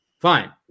Fine